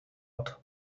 art